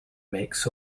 makes